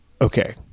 Okay